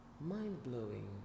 mind-blowing